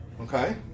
Okay